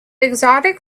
exotic